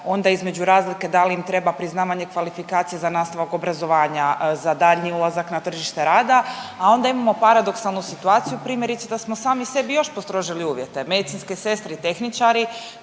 onda između razlike da li im treba priznavanje kvalifikacije za nastavak obrazovanja, za daljnji ulazak na tržište rada, a onda imamo paradoksalnu situaciju primjerice da smo sami sebi još postrožili uvjete. Medicinske sestre i tehničari